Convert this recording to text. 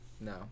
no